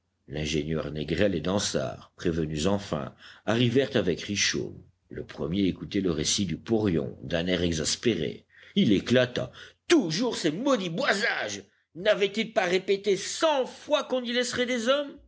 l'ingénieur négrel et dansaert prévenus enfin arrivèrent avec richomme le premier écoutait le récit du porion d'un air exaspéré il éclata toujours ces maudits boisages n'avait-il pas répété cent fois qu'on y laisserait des hommes